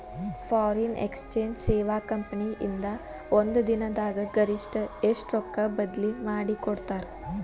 Foreign exchange ಸೇವಾ company ಇಂದಾ ಒಂದ್ ದಿನ್ ದಾಗ್ ಗರಿಷ್ಠ ಎಷ್ಟ್ ರೊಕ್ಕಾ ಬದ್ಲಿ ಮಾಡಿಕೊಡ್ತಾರ್?